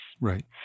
Right